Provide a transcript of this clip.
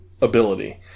ability